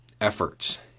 efforts